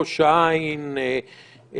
ראש העין,